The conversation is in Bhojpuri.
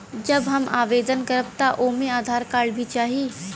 जब हम आवेदन करब त ओमे आधार कार्ड भी चाही?